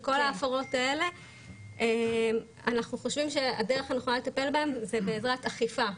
אנחנו חושבים שהדרך הנכונה לטפל בכל ההפרות האלה זה בעזרת אכיפה,